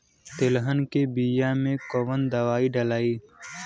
तेलहन के बिया मे कवन दवाई डलाई?